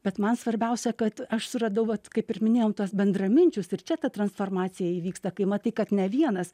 bet man svarbiausia kad aš suradau vat kaip ir minėjom tuos bendraminčius ir čia ta transformacija įvyksta kai matai kad ne vienas